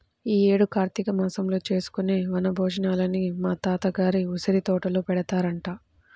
యీ యేడు కార్తీక మాసంలో చేసుకునే వన భోజనాలని మా తాత గారి ఉసిరితోటలో పెడతారంట